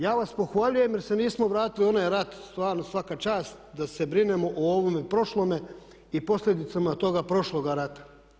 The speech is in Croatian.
Ja vas pohvaljujem jer se nismo vratili u onaj rat, stvarno svaka čast, da se brinemo o ovome prošlome i posljedicama toga prošloga rata.